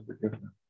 forgiveness